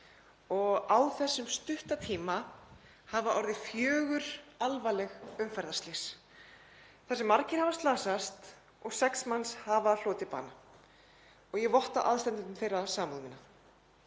og á þessum stutta tíma hafa orðið fjögur alvarleg umferðarslys þar sem margir hafa slasast og sex manns hafa hlotið bana. Ég votta aðstandendum þeirra samúð mína.